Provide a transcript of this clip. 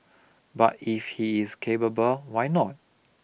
but if he is capable why not